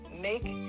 Make